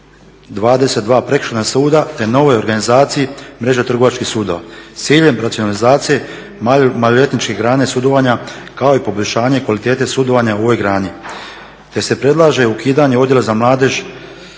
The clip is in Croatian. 22 prekršajna suda te novoj organizaciji mreže trgovačkih sudova s ciljem racionalizacije maloljetničke grane sudovanja kao i poboljšanje kvalitete sudovanja u ovoj grani, te se predlaže ukidanje Odjela za mladež